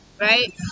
right